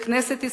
לכנסת ישראל,